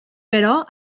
però